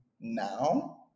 now